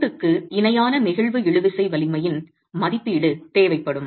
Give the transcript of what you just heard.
மூட்டுக்கு இணையான நெகிழ்வு இழுவிசை வலிமையின் மதிப்பீடு தேவைப்படும்